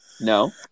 No